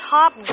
Top